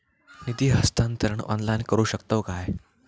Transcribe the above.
निधी हस्तांतरण ऑनलाइन करू शकतव काय?